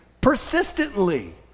persistently